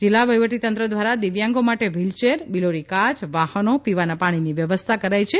જીલ્લા વહીવટીતંત્ર દ્વારા દિવ્યાંગો માટે વ્હીલચેર બીલોરી કાય વાહનો પીવાના પાણીની વ્યવસ્થા કરાઇ છે